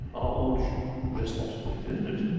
our own responsibility, isn't it?